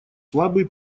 слабый